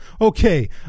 okay